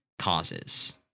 causes